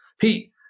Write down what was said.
Pete